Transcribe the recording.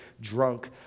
drunk